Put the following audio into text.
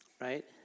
right